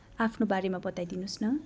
आफ्नो बारेमा बताइदिनुहोस् न